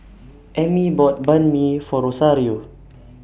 Emmy bought Banh MI For Rosario